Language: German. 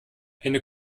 eine